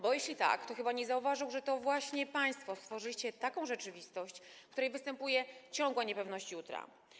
Bo jeśli tak, to chyba nie zauważył, że to właśnie państwo stworzyliście taką rzeczywistość, w której występuje ciągła niepewność jutra.